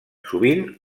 sovint